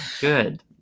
good